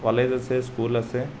college আছে school আছে